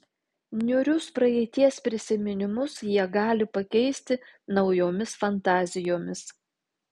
niūrius praeities prisiminimus jie gali pakeisti naujomis fantazijomis